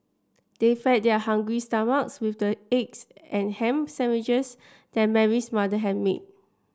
they fed their hungry stomachs with the eggs and ham sandwiches that Mary's mother had made